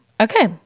okay